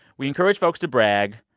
we encourage folks to brag.